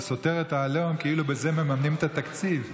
זה סותר את העליהום כאילו בזה מממנים את התקציב.